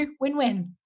win-win